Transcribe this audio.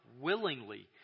willingly